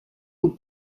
aux